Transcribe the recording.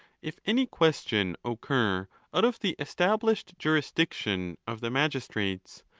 if any question occur out of the established jurisdic tion of the magistrates,